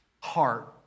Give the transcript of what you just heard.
heart